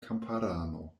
kamparano